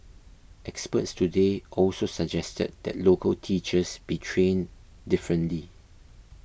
experts today also suggested that local teachers be trained differently